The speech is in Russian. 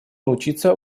научиться